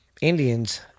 Indians